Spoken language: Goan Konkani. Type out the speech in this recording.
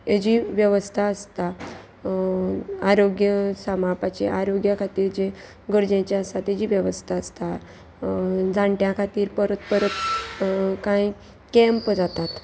हेजी वेवस्था आसता आरोग्य सांबाळपाचें आरोग्या खातीर जे गरजेचे आसा तेजी वेवस्था आसता जाणट्या खातीर परत परत कांय कँप जातात